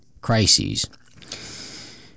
crises